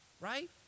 right